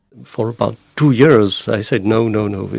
for about two years i said no, no, no,